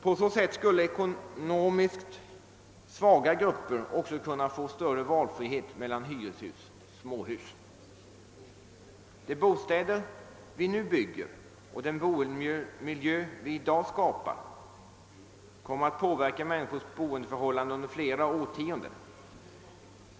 På så sätt skulle emellertid ekonomiskt svaga grupper också kunna få större frihet att välja mellan hyreshus och småhus. De bostäder vi nu bygger och den boendemiljö vi i dag skapar kommer att påverka människors boende under flera årtionden.